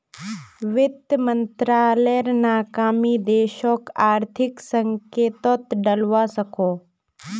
वित मंत्रालायेर नाकामी देशोक आर्थिक संकतोत डलवा सकोह